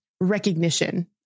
recognition